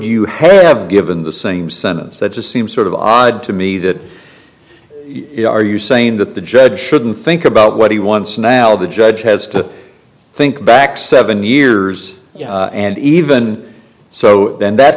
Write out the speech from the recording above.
you have given the same sentence that just seems sort of odd to me that are you saying that the judge shouldn't think about what he wants now the judge has to think back seven years and even so then that